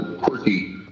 quirky